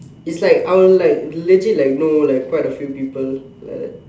is like our our like legit I will know quite a few people like that